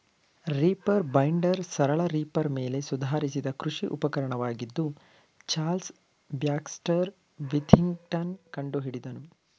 reaper binder ಸರಳ reaper ಮೇಲೆ ಸುಧಾರಿಸಿದ ಕೃಷಿ ಉಪಕರಣವಾಗಿದ್ದು ಚಾರ್ಲ್ಸ್ ಬ್ಯಾಕ್ಸ್ಟರ್ ವಿಥಿಂಗ್ಟನ್ ಕಂಡುಹಿಡಿದನು